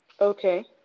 Okay